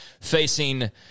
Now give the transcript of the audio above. facing